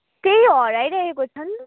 त्यही हराइरहेको छ नि